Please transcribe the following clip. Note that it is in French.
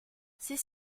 six